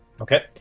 Okay